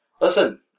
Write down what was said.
Listen